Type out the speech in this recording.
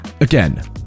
again